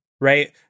right